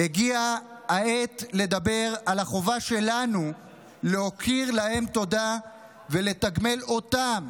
הגיעה העת לדבר על החובה שלנו להכיר להם תודה ולתגמל אותם,